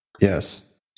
Yes